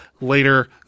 later